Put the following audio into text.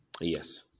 Yes